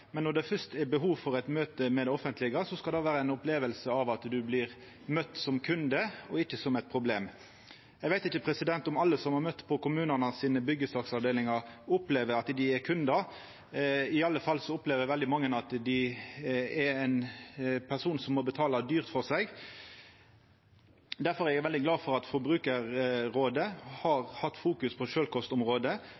men når det fyrst er behov for eit møte med det offentlege, skal det vera ei oppleving av at ein blir møtt som kunde, ikkje som eit problem. Eg veit ikkje om alle som har møtt på kommunane sine byggesaksavdelingar opplever at dei er kundar. I alle fall opplever veldig mange at dei er ein person som må betala dyrt for seg. Difor er eg veldig glad for at Forbrukarrådet har